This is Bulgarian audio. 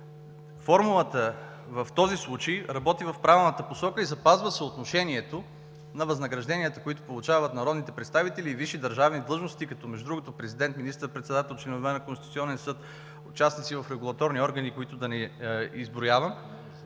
формулата в този случай работи в правилната посока и запазва съотношението на възнагражденията, които получават народните представители и висши държавни длъжности, като между другото президент, министър-председател, членове на Конституционния съд, участници в регулаторни органи, да не изброявам,